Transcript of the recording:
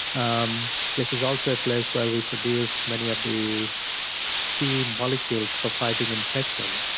um this is also place where we produce many of the key molecules for fighting infection.